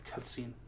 Cutscene